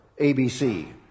ABC